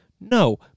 no